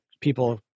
people